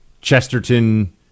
Chesterton